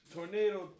Tornado